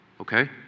okay